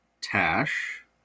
Tash